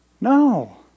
No